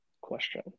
question